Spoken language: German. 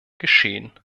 geschehen